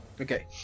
Okay